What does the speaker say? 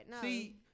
See